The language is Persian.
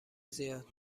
زیاد